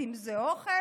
לעיתים זה אוכל,